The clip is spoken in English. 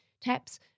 taps